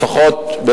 לפחות,